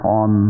on